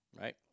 right